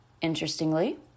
Interestingly